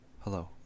Hello